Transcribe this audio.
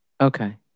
Okay